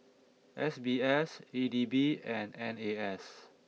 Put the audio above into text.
S B S E D B and N A S